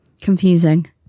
confusing